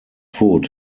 food